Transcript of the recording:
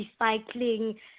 recycling